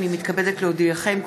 הינני מתכבדת להודיעכם,